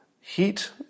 heat